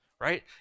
Right